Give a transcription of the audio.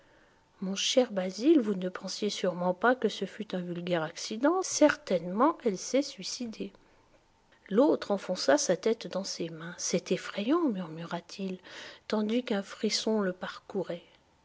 mon cher basil vous ne pensiez sûrement pas que ce fût un vulgaire accident certainement elle s'est suicidée l'autre enfonça sa tête dans ses mains c'est effrayant murmura-t-il tandis qu'un frisson le parcourait